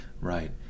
Right